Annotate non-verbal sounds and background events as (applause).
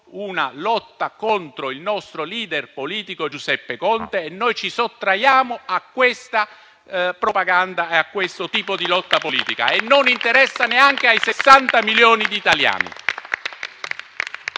una lotta contro il nostro *leader* politico Giuseppe Conte, e noi ci sottraiamo a questa propaganda e a questo tipo di lotta politica; (applause) non interessa neanche ai 60 milioni di italiani.